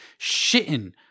Shitting